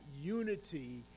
unity